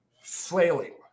flailing